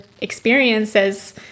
experiences